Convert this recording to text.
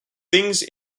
things